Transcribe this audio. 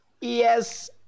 yes